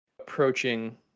approaching